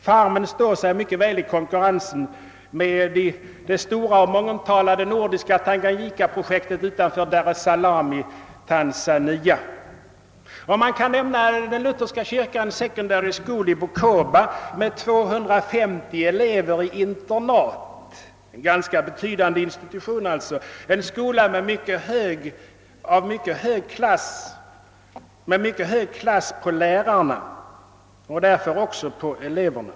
Farmen står sig mycket väl i konkurrensen med det stora och mångomtalade nordiska Tanganyikaprojektet utanför Dar es-Salaam i Tanzania. Jag kan också nämna lutherska kyrkans secondary school i Bukoba med 250 elever i internat — en ganska betydande institution alltså. Det är en skola med mycket hög klass på lärarna och därför också på eleverna.